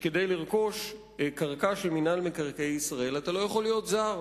שכדי לרכוש קרקע של מינהל מקרקעי ישראל אתה לא יכול להיות זר.